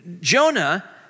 Jonah